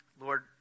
Lord